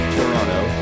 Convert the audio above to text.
Toronto